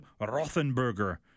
Rothenberger